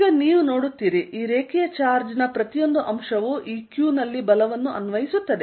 ಈಗ ನೀವು ನೋಡುತ್ತೀರಿ ಈ ರೇಖೀಯ ಚಾರ್ಜ್ನ ಪ್ರತಿಯೊಂದು ಅಂಶವು ಈ q ನಲ್ಲಿ ಬಲವನ್ನು ಅನ್ವಯಿಸುತ್ತದೆ